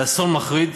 באסון מחריד,